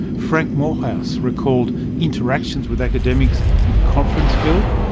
frank moorhouse recalled interactions with academics in conference-ville,